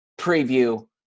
preview